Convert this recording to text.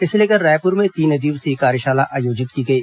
इसे लेकर रायपुर में तीन दिवसीय कार्यशाला आयोजित की गई